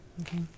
Okay